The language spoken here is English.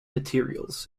materials